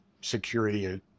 security